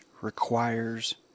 requires